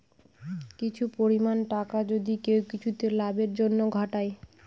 কিছু পরিমাণ টাকা যদি কেউ কিছুতে লাভের জন্য ঘটায়